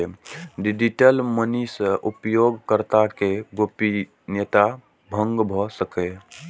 digital money सं उपयोगकर्ता के गोपनीयता भंग भए सकैए